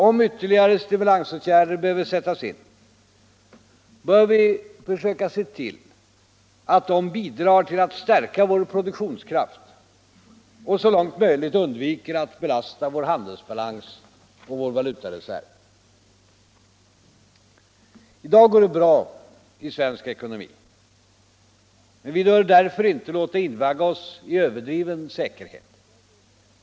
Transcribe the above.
Om ytterligare stimulansåtgärder behöver sättas in, bör vi försöka se till att de bidrar till att stärka vår produktionskraft och så långt möjligt icke belastar vår handelsbalans och vår valutareserv. I dag går det bra i svensk ekonomi. Men vi bör därför inte låta invagga oss i överdriven säkerhet.